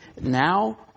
now